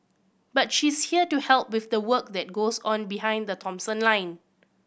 but she's here to help with the work that goes on behind the Thomson line